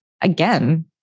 again